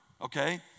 okay